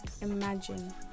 Imagine